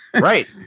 Right